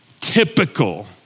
typical